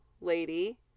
lady